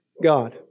God